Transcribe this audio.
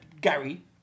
Gary